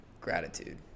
gratitude